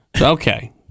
Okay